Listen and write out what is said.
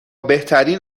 بهترین